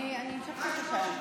אני המשכתי את השעון.